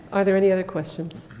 are there any other questions?